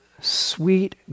sweet